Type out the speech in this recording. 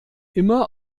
immer